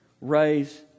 raise